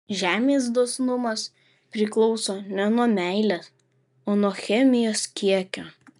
žemės dosnumas priklauso ne nuo meilės o nuo chemijos kiekio